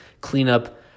Cleanup